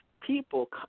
people